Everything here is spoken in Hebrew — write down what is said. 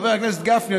חבר הכנסת גפני,